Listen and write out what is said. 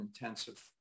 intensive